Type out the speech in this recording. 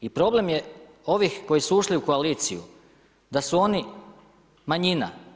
I problem je ovih koji su ušli u koaliciju da su oni manjina.